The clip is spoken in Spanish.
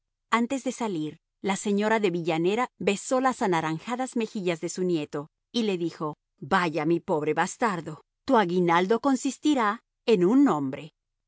antes de salir la señora de villanera besó las anaranjadas mejillas de su nieto y le dijo vaya mi pobre bastardo tu aguinaldo consistirá en un nombre